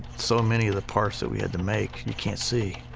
so many of the parts that we had to make, you can't see,